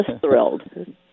thrilled